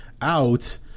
out